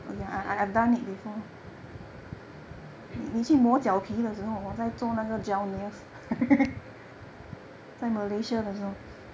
so okay